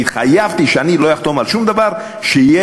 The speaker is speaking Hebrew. והתחייבתי שאני לא אחתום על שום דבר שיהיה